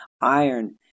Iron